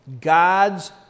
God's